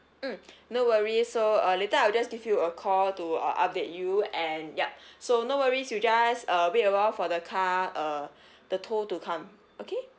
mm no worries so uh later I'll just give you a call to update you and yup so no worries you just uh wait awhile for the car uh the tow to come okay